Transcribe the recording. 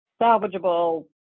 salvageable